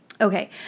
Okay